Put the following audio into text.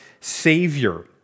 Savior